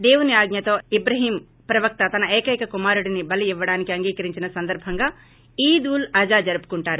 దేవుని ఆజ్లతో ఇబ్రహీం ప్రవక్త తన ఏకైక కుమారుడినీ బలి ఇవ్వడానికి అంగీకరించిన సందర్సంగా ఈద్ ఉల్ అజా జరుపుకుంటారు